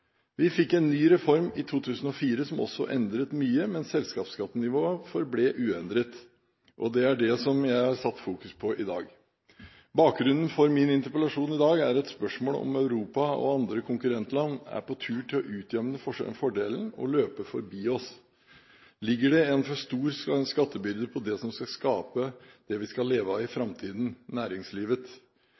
Vi fikk en ny reform i 2004 som også endret mye, men selskapsskattenivået forble uendret, og det er det jeg har satt i fokus i dag. Bakgrunnen for min interpellasjon i dag er et spørsmål om Europa og andre konkurrentland er på vei til å utjevne fordelen, og løpe forbi oss. Ligger det en for stor skattebyrde på det som skal skape det vi skal leve av i framtiden – næringslivet?